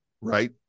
right